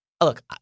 Look